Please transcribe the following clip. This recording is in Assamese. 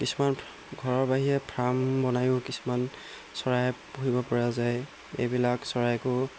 কিছুমান ঘৰৰ বাহিৰে ফাৰ্ম বনায়ো কিছুমান চৰাই পুহিবপৰা যায় এইবিলাক চৰাইকো